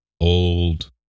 old